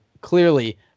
clearly